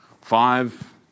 five